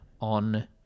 on